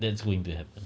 that's going to happen